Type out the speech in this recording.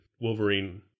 Wolverine